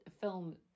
film